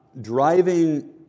driving